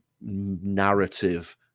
narrative